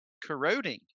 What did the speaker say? corroding